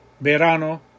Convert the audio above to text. Verano